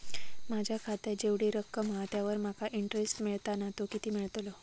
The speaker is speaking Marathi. माझ्या खात्यात जेवढी रक्कम हा त्यावर माका तो इंटरेस्ट मिळता ना तो किती मिळतलो?